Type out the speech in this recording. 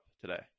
today